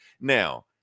Now